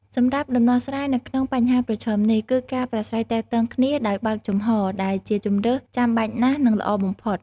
សម្រាប់ដំណោះស្រាយនៅក្នុងបញ្ហាប្រឈមនេះ គឺការប្រាស្រ័យទាក់ទងគ្នាដោយបើកចំហរ ដែលជាជម្រើសចាំបាច់ណាស់ និងល្អបំផុត។